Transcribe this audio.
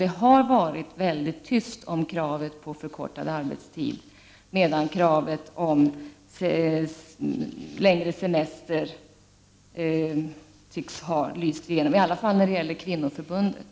Det har varit väldigt tyst om kravet på förkortad arbetstid, medan kravet på längre semester tycks ha lyst igenom, i varje fall när det gäller kvinnoförbundet.